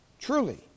truly